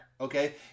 okay